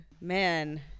man